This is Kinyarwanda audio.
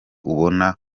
ubona